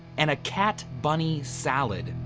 and a cat-bunny salad,